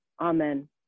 Amen